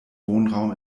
wohnraum